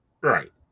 Right